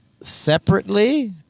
separately